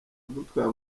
yamutwaye